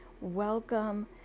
welcome